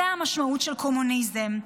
זו המשמעות של קומוניזם.